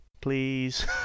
please